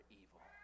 evil